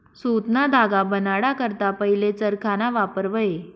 सुतना धागा बनाडा करता पहिले चरखाना वापर व्हये